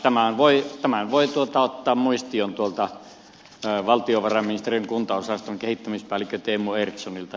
tämän muistion voi ottaa tuolta valtiovarainministeriön kuntaosaston kehittämispäällikkö teemu erikssonilta